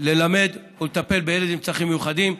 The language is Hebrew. ללמד או לטפל בילד עם צרכים מיוחדים.